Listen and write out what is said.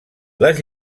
les